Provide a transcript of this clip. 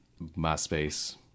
MySpace